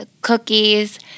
cookies